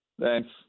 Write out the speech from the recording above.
Thanks